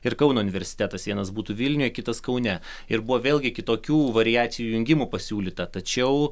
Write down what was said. ir kauno universitetas vienas būtų vilniuje kitas kaune ir buvo vėlgi kitokių variacijų jungimo pasiūlyta tačiau